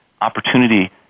opportunity